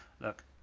look